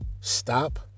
stop